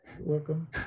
welcome